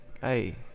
Hey